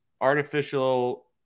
artificial